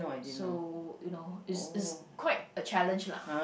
so you know it's it's quite a challenge lah